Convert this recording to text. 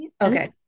Okay